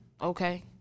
Okay